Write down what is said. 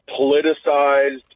politicized